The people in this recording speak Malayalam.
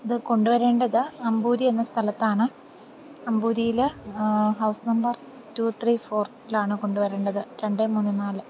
ഇതു കൊണ്ടുവരേണ്ടത് അമ്പൂരി എന്ന സ്ഥലത്താണ് അമ്പൂരിയില് ഹൗസ് നമ്പർ ടു ത്രീ ഫോറിലാണ് കൊണ്ടുവരേണ്ടത് രണ്ട് മൂന്ന് നാല്